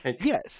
Yes